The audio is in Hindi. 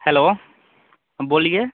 हेलो बोलिए